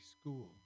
school